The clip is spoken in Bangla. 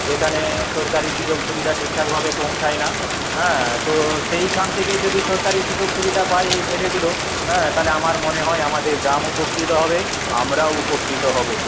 যেখানে সরকারি সুযোগ সুবিধা ঠিকঠাকভাবে পৌঁছায় না হ্যাঁ তো সেইখান থেকে যদি সরকারি সুযোগ সুবিধা পায় এই ছেলেগুলো হ্যাঁ তাহলে আমার মনে হয় আমাদের গ্রাম উপকৃত হবে আমরাও উপকৃত হব